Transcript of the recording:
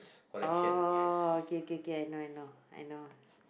oh okay okay okay I know I know I know